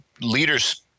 leaders